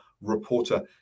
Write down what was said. reporter